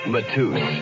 Matus